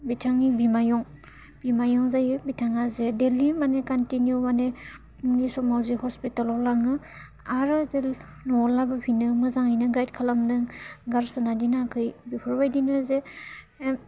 बिथांनि बिमायं बिमायं जायो बिथाङा जे दैलि माने कनटिनिउ माने समाव जे हस्पिटालाव लाङो आरो जेन न'वाव लाबोफिनो मोजाङैनो गाइद खालामदों गारसोना दोनाखै बेफोरबायदिनो जे